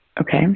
Okay